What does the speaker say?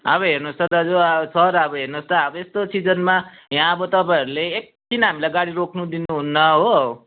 अब हेर्नुहोस् त दाजु सर अब हेर्नुहोस् त अब यस्तो सिजनमा यहाँ अब तपाईँहरूले एकछिन हामीलाई गाडी रोक्नु दिनुहुन्न हो